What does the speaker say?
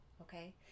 okay